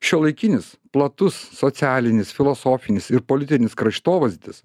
šiuolaikinis platus socialinis filosofinis ir politinis kraštovaizdis